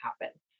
happen